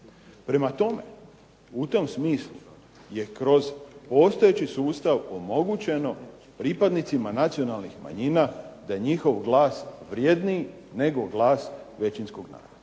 Prema tome, u tom smislu je kroz postojeći sustav omogućeno pripadnicima nacionalnih manjina da je njihov glas vrjedniji nego glas većinskog naroda.